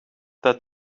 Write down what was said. that